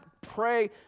Pray